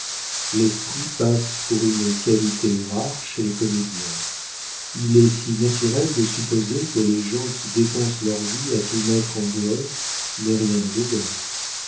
l'esprit passe pour une qualité rare chez les comédiens il est si naturel de supposer que les gens qui dépensent leur vie à tout mettre en dehors n'aient rien au dedans